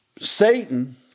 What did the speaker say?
Satan